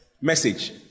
Message